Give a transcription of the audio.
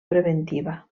preventiva